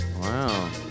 Wow